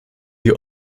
wir